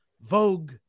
Vogue